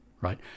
right